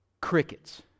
Crickets